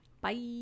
Bye